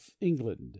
England